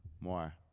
More